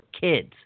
kids